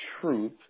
truth